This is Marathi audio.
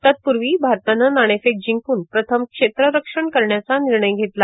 तत्पूर्वी भारतानं नाणेफेक जिंकून प्रथम क्षेत्ररक्षण करण्याचा निर्णय घेतला